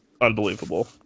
unbelievable